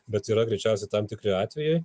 bet yra greičiausiai tam tikri atvejai